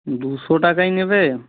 দুশো টাকাই নেবে